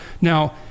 Now